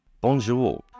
Bonjour